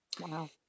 Wow